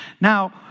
Now